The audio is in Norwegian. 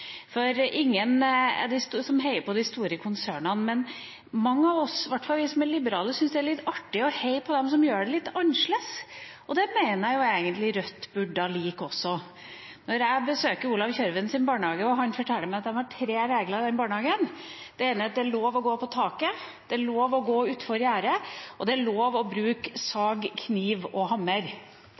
er ingen som heier på de store konsernene. Men mange av oss, i hvert fall vi som er liberale, syns det er litt artig å heie på dem som gjør det litt annerledes. Og det mener jeg egentlig at Rødt burde like også. Da jeg besøkte Jørgen Kjørvens barnehage, fortalte han meg at han har tre regler i den barnehagen. Den ene er at det er lov å gå på taket. Det er lov å gå utenfor gjerdet. Og det er lov å bruke sag, kniv og hammer.